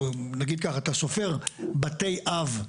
נגיד ככה, אתה סופר בתי אב,